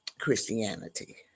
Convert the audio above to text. Christianity